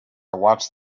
watched